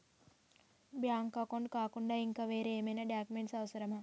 Bank account కాకుండా ఇంకా వేరే ఏమైనా డాక్యుమెంట్స్ అవసరమా?